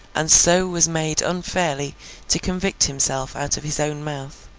and so was made unfairly to convict himself out of his own mouth.